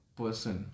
person